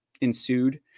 ensued